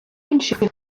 інших